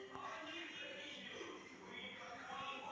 ಖರೀದಿಸಿದ ವಸ್ತುಗೆ ಗ್ಯಾರಂಟಿ ಅಥವಾ ವ್ಯಾರಂಟಿ ಕಾರ್ಡ್ ಸಿಕ್ತಾದ?